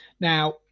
Now